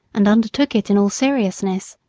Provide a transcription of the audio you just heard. and undertook it in all seriousness.